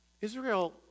Israel